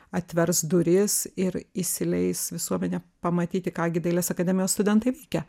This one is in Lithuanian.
atvers duris ir įsileis visuomenę pamatyti ką gi dailės akademijos studentai veikia